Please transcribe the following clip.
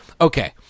Okay